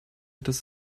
das